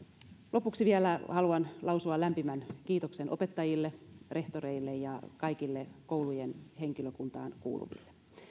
lopuksi vielä haluan lausua lämpimän kiitoksen opettajille rehtoreille ja kaikille koulujen henkilökuntaan kuuluville